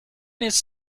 his